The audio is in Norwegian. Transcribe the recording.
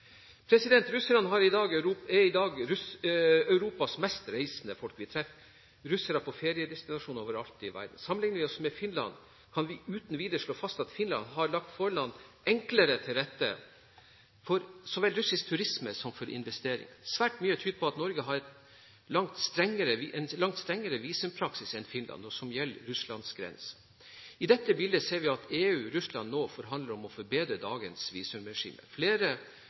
er i dag Europas mest reisende folk. Vi treffer russere på feriedestinasjoner overalt i verden. Sammenlikner vi oss med Finland, kan vi uten videre slå fast at Finland har lagt forholdene enklere til rette for så vel russisk turisme som for investeringer. Svært mye tyder på at Norge har en langt strengere visumpraksis enn Finland når det gjelder grensen til Russland. I dette bildet ser vi at EU og Russland nå forhandler om å forbedre dagens visumregime. Flere